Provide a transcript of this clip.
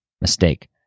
mistake